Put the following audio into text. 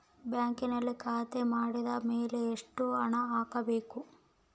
ಬ್ಯಾಂಕಿನಲ್ಲಿ ಖಾತೆ ಮಾಡಿದ ಮೇಲೆ ಎಷ್ಟು ಹಣ ಹಾಕಬೇಕು?